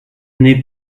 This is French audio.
n’est